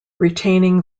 retaining